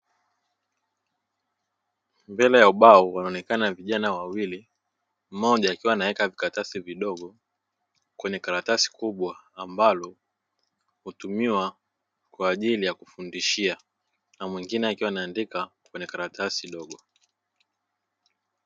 Mbele ya ubao wanaonekana vijana wawili mmoja akiwa anaweka vikaratasi vidogo kwenye karatasi kubwa, ambavyo hutumika kwenye kufundishia na mwingine akiwa anaandika kwenye karatasi dogo.